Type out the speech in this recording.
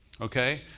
Okay